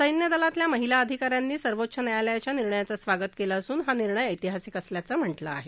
सैन्यदलातील महिला अधिकाऱ्यांनी सर्वोच्च न्यायालयाच्या निर्णयाचं स्वागत केलं असून हा निर्णय ऐतिहासिक असल्याचं म्हटलं आहे